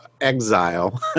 exile